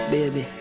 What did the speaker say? Baby